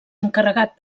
encarregat